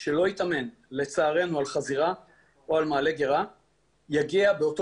שלא התאמן לצערנו על חזירה או על מעלה גרה יגיע באותו